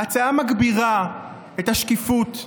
ההצעה מגבירה את השקיפות,